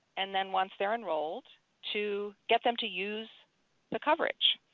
and then once they're enrolled to get them to use the coverage.